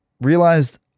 Realized